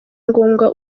ngombwa